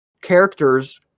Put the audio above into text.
characters